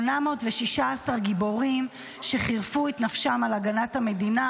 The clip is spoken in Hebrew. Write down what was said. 816 גיבורים שחירפו את נפשם על הגנת המדינה